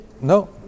No